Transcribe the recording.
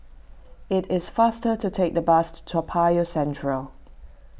it is faster to take the bus to Toa Payoh Central